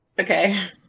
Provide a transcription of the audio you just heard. okay